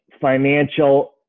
financial